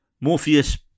Morpheus